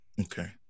Okay